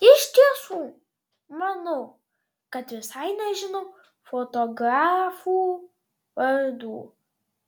iš tiesų manau kad visai nežinau fotografų vardų